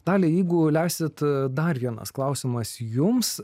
dalia jeigu leisit dar vienas klausimas jums